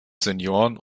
senioren